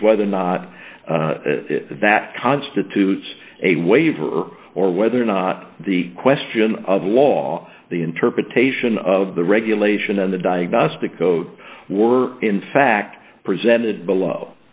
is whether or not that constitutes a waiver or whether or not the question of law the interpretation of the regulation and the diagnostic vote were in fact presented below